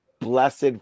blessed